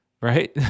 Right